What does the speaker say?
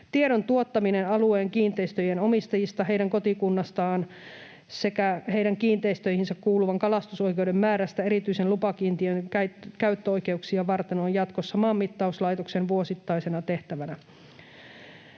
Tiedon tuottaminen alueen kiinteistöjen omistajista, heidän kotikunnastaan sekä heidän kiinteistöihinsä kuuluvan kalastusoikeuden määrästä erityisen lupakiintiön käyttöoikeuksia varten on jatkossa Maanmittauslaitoksen vuosittaisena tehtävänä.